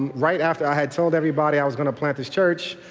right after i had told everybody i was going to plant this church,